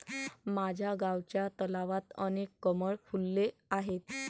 माझ्या गावच्या तलावात अनेक कमळ फुलले आहेत